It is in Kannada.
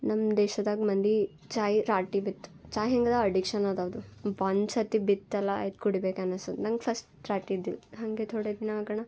ನಮ್ಮ ದೇಶದಾಗ ಮಂದಿ ಚಾಯ್ ರಾಟಿ ಬಿತ್ತು ಚಾಯ್ ಹೇಗದ ಅಡಿಕ್ಷನ್ ಅದ ಅದು ಒಂದ್ಸತಿ ಬಿತ್ತಲ್ಲ ಆಯ್ತು ಅದು ಕುಡಿಬೇಕು ಅನ್ನಿಸ್ತದ ನಂಗೆ ಫಸ್ಟ್ ರಾಟಿ ಇದ್ದಿಲ್ಲ ಹಾಗೆ ಥೋಡೆ ದಿನ ಆಗೋಣ